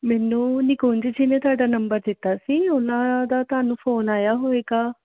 ਮੈਨੂੰ ਨਿਕੁੰਜ ਨੇ ਤੁਹਾਡਾ ਨੰਬਰ ਦਿੱਤਾ ਸੀ ਉਹਨਾਂ ਦਾ ਤੁਹਾਨੂੰ ਫੋਨ ਆਇਆ ਹੋਵੇਗਾ